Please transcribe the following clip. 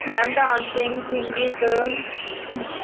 ma'am dancing singing